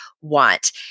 Want